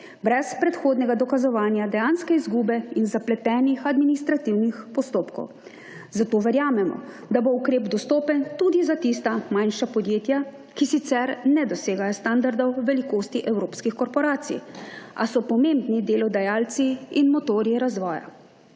brez prehodnega dokazovanja dejanske izgube in zapletenim postopkov, zato verjamemo, da bo ukrep dostopen tudi za tista manjša podjetja, ki sicer ne dosegajo standardov velikosti evropski korporacij, a so pomembni delodajalci in motorji razvoja.